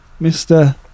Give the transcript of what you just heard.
Mr